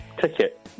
ticket